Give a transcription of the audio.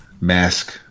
Mask